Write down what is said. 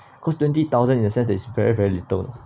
cause twenty thousand in a sense that is very very little